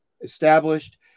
established